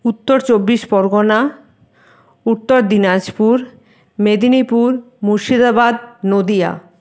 উত্তর চব্বিশ পরগনা উত্তর দিনাজপুর মেদিনীপুর মুর্শিদাবাদ নদীয়া